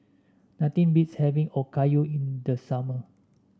nothing beats having Okayu in the summer